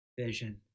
vision